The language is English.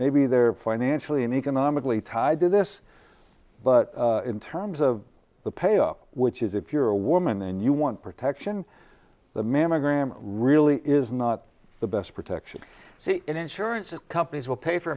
maybe they're financially and economically tied to this but in terms of the payoff which is if you're a woman then you want protection the mammogram really is not the best protection and insurance companies will pay for